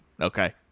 okay